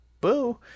Boo